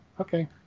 okay